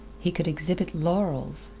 he could exhibit laurels.